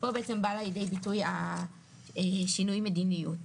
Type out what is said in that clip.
פה בעצם בא לידי ביטוי שינוי המדיניות.